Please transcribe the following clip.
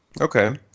okay